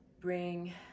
bring